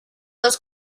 los